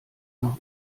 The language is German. nach